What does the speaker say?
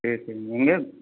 சரி சரிங்க எங்கே